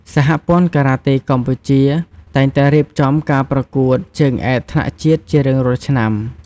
សហព័ន្ធការ៉ាតេកម្ពុជាតែងតែរៀបចំការប្រកួតជើងឯកថ្នាក់ជាតិជារៀងរាល់ឆ្នាំ។